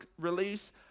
release